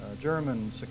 German